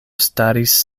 staris